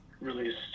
released